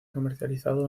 comercializado